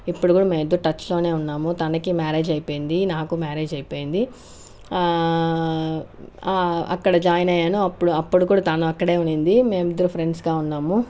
ఇప్పుడు కూడా మేమిద్దరం టచ్లో ఉన్నాము తనకి మ్యారేజ్ అయిపోయింది నాకు మ్యారేజ్ అయిపోయింది అక్కడ జాయిన్ అయ్యాను అప్పుడు అప్పుడు కూడా తను అక్కడే ఉన్నింది మేమిద్దరం ఫ్రెండ్స్గా ఉన్నాము